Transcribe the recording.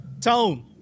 Tone